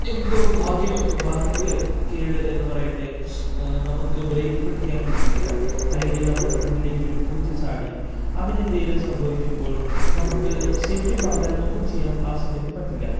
എന്തോ ഭാഗ്യ ഭാഗ്യക്കേട് ക്കേട് എന്ന് പറയട്ടെ നമുക്ക് ബ്രേക്ക് പിടിക്കാൻ കിട്ടിയില്ല അല്ലെങ്കിൽ നമ്മുടെ ഫ്രണ്ടിലേക്ക് ഒരു പൂച്ച ചാടി അങ്ങനെ എന്തേലും സംഭവിക്കുമ്പോൾ നമുക്ക് ശരിക്കും പറഞ്ഞാൽ ഒന്നും ചെയ്യാൻ ആ സമയത്ത് പറ്റില്ല